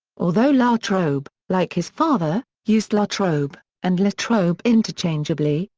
although la trobe, like his father, used la trobe and latrobe interchangeably,